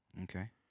Okay